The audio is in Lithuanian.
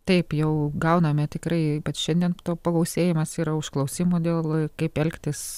taip jau gauname tikrai ypač šiandien pagausėjimas yra užklausimų dėl kaip elgtis